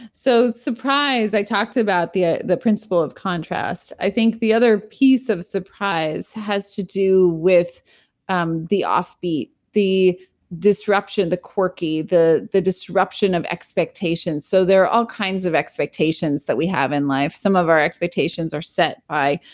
so surprise, i talked about the ah the principle of contrast, i think the other piece of surprise has to do with um the offbeat, the disruption, the quirky the the disruption of expectations. so there are all kinds of expectations that we have in life. some of our expectations are set by